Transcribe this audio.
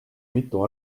mitu